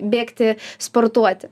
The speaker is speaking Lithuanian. bėgti sportuoti